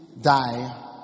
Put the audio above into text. die